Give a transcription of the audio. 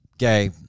gay